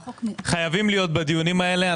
חייבים להיות בדיונים האלה.